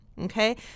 Okay